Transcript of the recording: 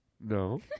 No